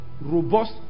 robust